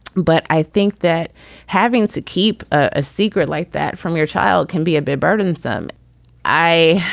but i think that having to keep a secret like that from your child can be a bit burdensome i